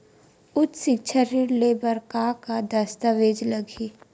उच्च सिक्छा ऋण ले बर का का दस्तावेज लगही?